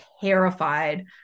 terrified